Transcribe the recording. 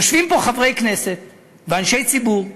יושבים פה חברי כנסת ואנשי ציבור ואומרים: